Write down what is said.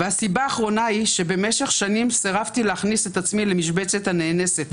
והסיבה האחרונה היא שבמשך שנים סירבתי להכניס את עצמי למשבצת הנאנסת,